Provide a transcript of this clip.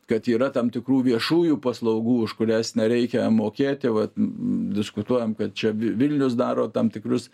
kad yra tam tikrų viešųjų paslaugų už kurias nereikia mokėti va diskutuojam kad čia vilnius daro tam tikrus